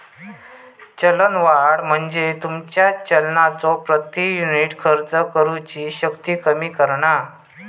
चलनवाढ म्हणजे तुमचा चलनाचो प्रति युनिट खर्च करुची शक्ती कमी करणा